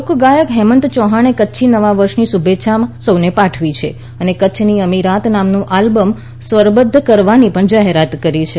લોક ગાયક હેમંત ચૌહાણે કરછી નવા વર્ષની શુભેચ્છા સૌને પાઠવી છે અને કચ્છની અમીરાત નામનું આલ્બમ સ્વરબધ્ધ કરવાની પણ જાહેરાત કરી છે